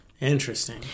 Interesting